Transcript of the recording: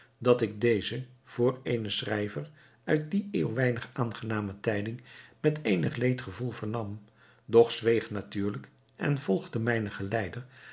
dat ik deze voor eenen schrijver uit die eeuw weinig aangename tijding met eenig leedgevoel vernam doch zweeg natuurlijk en volgde mijnen geleider